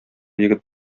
егет